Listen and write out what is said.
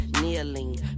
kneeling